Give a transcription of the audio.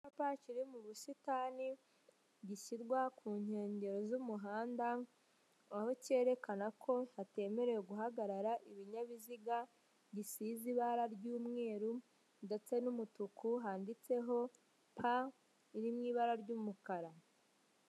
Icyapa kiri mubusitani gishyirwa kunkengero z'umuhanda aho cyerekana ko hatemerewe guhagarara ibinyabiziga, gisize ibara ry'umweru ndetse n'umutuku handitseho pa iri mwibara ry'umukara.